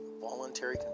voluntary